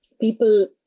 people